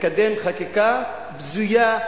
לקדם חקיקה בזויה,